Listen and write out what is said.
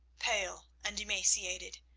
pale and emaciated,